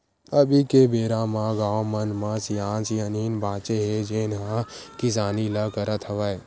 अभी के बेरा म गाँव मन म सियान सियनहिन बाचे हे जेन ह किसानी ल करत हवय